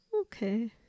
Okay